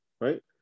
right